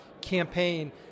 campaign